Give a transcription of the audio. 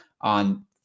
on